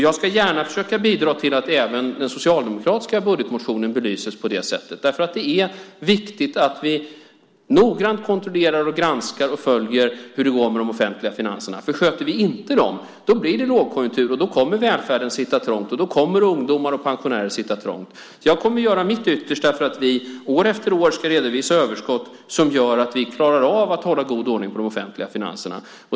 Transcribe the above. Jag ska gärna försöka bidra till att även den socialdemokratiska budgetmotionen belyses på det sättet, därför att det är viktigt att vi noggrant kontrollerar, granskar och följer hur det går med de offentliga finanserna. Sköter vi inte dem kommer välfärden att sitta trångt när det blir lågkonjunktur, och då kommer också ungdomar och pensionärer att sitta trångt. Jag kommer att göra mitt yttersta för att vi år efter år ska redovisa överskott som gör att vi klarar av att hålla god ordning på de offentliga finanserna.